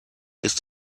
ist